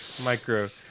micro